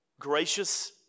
gracious